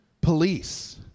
police